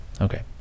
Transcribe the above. Okay